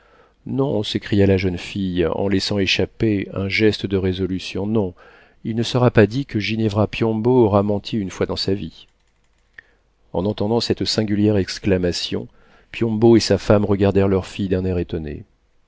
non s'écria la jeune fille en laissant échapper un geste de résolution non il ne sera pas dit que ginevra piombo aura menti une fois dans sa vie en entendant cette singulière exclamation piombo et sa femme regardèrent leur fille d'un air étonné